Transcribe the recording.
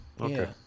Okay